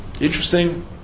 Interesting